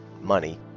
money